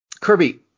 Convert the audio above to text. Kirby